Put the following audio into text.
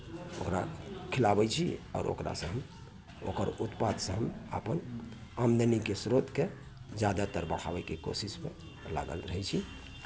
ओकरा खिलाबै छी आ ओकरासँ हम ओकर उत्पादसँ हम अपन आमदनीके स्रोतकेँ ज्यादातर बढ़ाबयके कोशिशमे लागल रहै छी